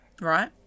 Right